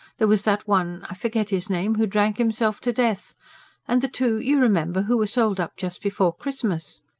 there was that one, i forget his name, who drank himself to death and the two, you remember, who were sold up just before christmas.